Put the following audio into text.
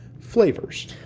flavors